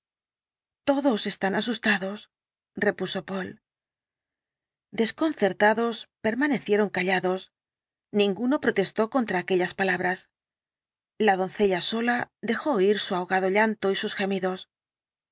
todos están asustados repuso poole desconcertados permanecieron callados ninguno protestó contra aquellas palabras la doncella sola dejó oír su ahogado llanto y sus gemidos